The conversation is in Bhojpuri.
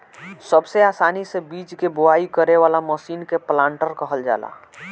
सबसे आसानी से बीज के बोआई करे वाला मशीन के प्लांटर कहल जाला